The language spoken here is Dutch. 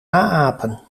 apen